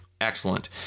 excellent